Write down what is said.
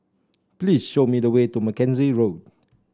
please show me the way to Mackenzie Road